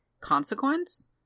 consequence